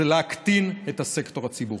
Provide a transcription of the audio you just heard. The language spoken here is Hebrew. זה להקטין את הסקטור הציבורי.